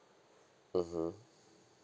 mmhmm